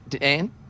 Anne